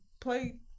play